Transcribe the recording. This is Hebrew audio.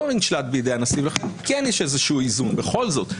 נשלט בידי הנשיא וכן יש איזשהו איזון בכל זאת.